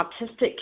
autistic